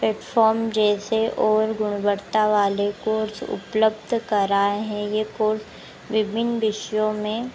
platform जैसे और गुणवत्ता वाले कोर्स उपलब्ध कराए हैं ये कोर्स विभिन्न विषयों में